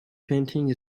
painting